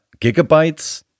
gigabytes